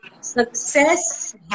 success